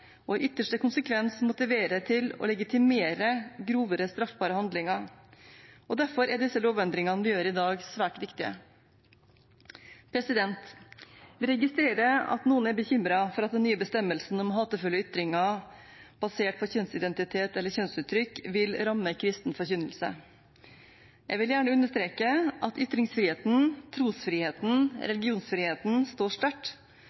og i ytterste konsekvens motivere til å legitimere grovere straffbare handlinger. Derfor er disse lovendringene vi gjør i dag, svært viktige. Jeg registrerer at noen er bekymret for at den nye bestemmelsen om hatefulle ytringer basert på kjønnsidentitet eller kjønnsuttrykk vil ramme kristen forkynnelse. Jeg vil gjerne understreke at ytringsfriheten, trosfriheten og religionsfriheten står sterkt,